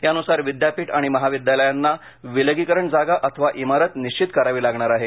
यानुसार विद्यापीठ आणि महाविद्यालयांना विलगीकरण जागा अथवा इमारत निश्चित करावी लागणार आहे